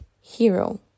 hero